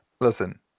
Listen